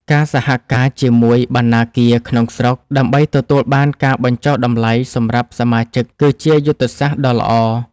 ការសហការជាមួយបណ្ណាគារក្នុងស្រុក ដើម្បីទទួលបានការបញ្ចុះតម្លៃសម្រាប់សមាជិក គឺជាយុទ្ធសាស្ត្រដ៏ល្អ។